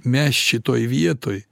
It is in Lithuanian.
mes šitoj vietoj